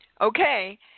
okay